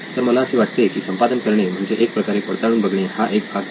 तर मला असे वाटते की संपादन करणे म्हणजेच एक प्रकारे पडताळून बघणे हा एक भाग आहे